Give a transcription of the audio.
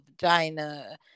vagina